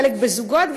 חלק בזוגות,